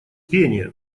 пение